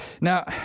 now